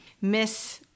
miss